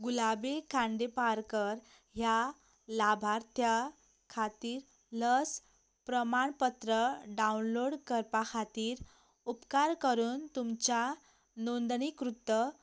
गुलाबी खांडेपारकर ह्या लाभार्थ्या खातीर लस प्रमाणपत्र डावनलोड करपा खातीर उपकार करून तुमच्या नोंदणीकृत